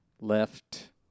left